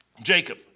Jacob